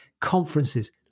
Conferences